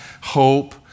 hope